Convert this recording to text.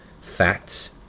facts